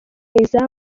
izamu